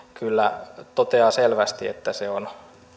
kyllä toteaa selvästi että se on